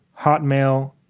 Hotmail